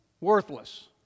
Worthless